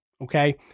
Okay